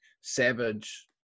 Savage